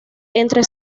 entre